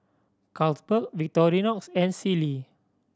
Carlsberg Victorinox and Sealy